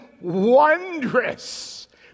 wondrous